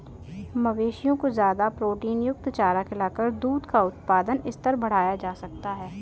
मवेशियों को ज्यादा प्रोटीनयुक्त चारा खिलाकर दूध का उत्पादन स्तर बढ़ाया जा सकता है